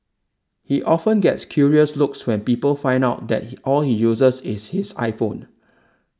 he often gets curious looks when people find out that he all he uses is his iPhone